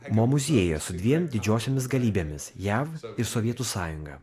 mo muziejuje su dviem didžiosiomis galybėmis jav ir sovietų sąjunga